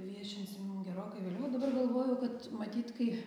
viešinsim gerokai vėliau o dabar galvoju kad matyt kai